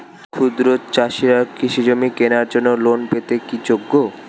ক্ষুদ্র চাষিরা কৃষিজমি কেনার জন্য লোন পেতে কি যোগ্য?